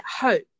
hope